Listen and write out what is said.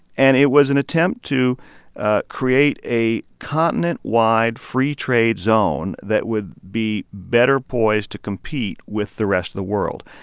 and it was an attempt to ah create a continent-wide, free trade zone that would be better poised to compete with the rest of the world.